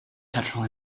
petrol